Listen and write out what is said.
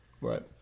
right